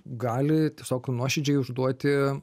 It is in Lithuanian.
gali tiesiog nuoširdžiai užduoti